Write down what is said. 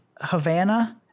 Havana